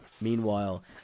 meanwhile